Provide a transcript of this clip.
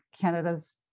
Canada's